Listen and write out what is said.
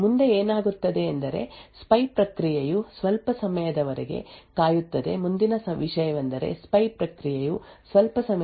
ಮುಂದೆ ಏನಾಗುತ್ತದೆ ಎಂದರೆ ಸ್ಪೈ ಪ್ರಕ್ರಿಯೆಯು ಸ್ವಲ್ಪ ಸಮಯದವರೆಗೆ ಕಾಯುತ್ತದೆ ಮುಂದಿನ ವಿಷಯವೆಂದರೆ ಸ್ಪೈ ಪ್ರಕ್ರಿಯೆಯು ಸ್ವಲ್ಪ ಸಮಯದವರೆಗೆ ಕಾಯುತ್ತದೆ ಮತ್ತು ವಿಕ್ಟಿಮ್ ಪ್ರಕ್ರಿಯೆಯು ಕಾರ್ಯಗತಗೊಳಿಸಲು ಪ್ರಾರಂಭಿಸಲು ಕಾಯುತ್ತಿದೆ